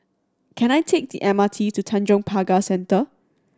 can I take the M R T to Tanjong Pagar Centre